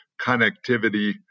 connectivity